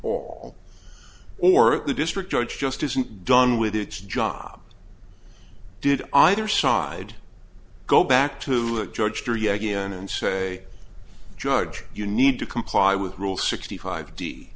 all or the district judge just isn't done with its job did either side go back to judge her yet again and say judge you need to comply with rule sixty five d